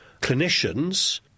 clinicians